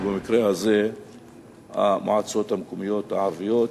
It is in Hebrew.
במקרה זה המועצות המקומיות הערביות,